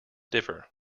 differ